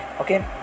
okay